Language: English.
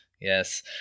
yes